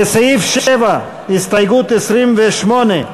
לסעיף 7, הסתייגות 28,